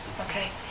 okay